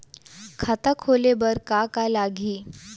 खाता खोले बार का का लागही?